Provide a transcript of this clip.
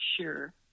sure